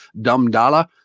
Dumdala